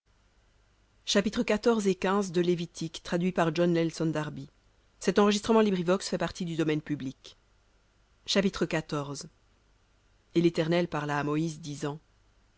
chapitre et l'éternel parla à moïse disant